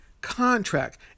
contract